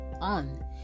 on